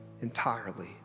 entirely